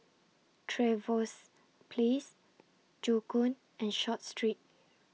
Trevose Place Joo Koon and Short Street